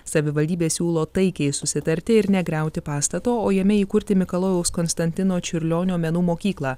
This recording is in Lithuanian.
savivaldybė siūlo taikiai susitarti ir negriauti pastato o jame įkurti mikalojaus konstantino čiurlionio menų mokyklą